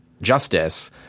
justice